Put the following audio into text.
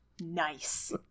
Nice